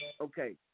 okay